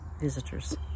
visitors